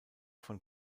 von